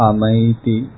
Amaiti